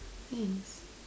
thanks